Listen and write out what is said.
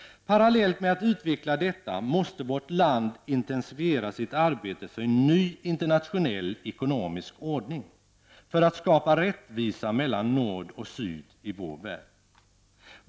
Parallellt med att utveckla detta måste vårt land intensifiera sitt arbete för en ny internationell ekonomisk ordning -- för att skapa rättvisa mellan nord och syd i vår värld.